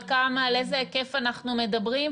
על איזה היקף אנחנו מדברים?